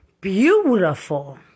Beautiful